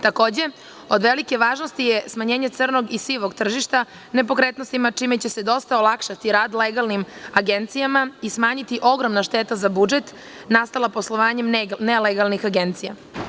Takođe, od velike važnosti je smanjenje crnog i sivog tržištanepokretnostima, čime će se dosta olakšati rad legalnim agencijama i smanjiti ogromna šteta za budžet nastala poslovanjem nelegalnih agencija.